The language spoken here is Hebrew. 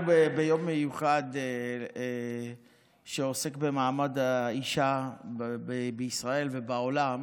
אנחנו ביום מיוחד שעוסק במעמד האישה בישראל ובעולם